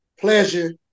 pleasure